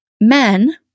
men